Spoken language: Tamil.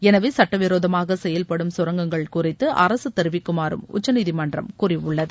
எனவே சட்டவிரோதமாக செயல்படும் கரங்கங்கள் குறித்து அரசு தெரிவிக்குமாறும் உச்சநீதிமன்றம் கூறியுள்ளது